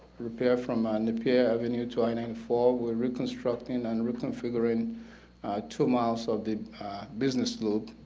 repair from ah napier avenue to i ninety four, we're reconstructing and reconfiguring two miles of the business loop,